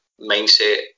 mindset